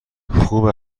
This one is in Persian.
خوب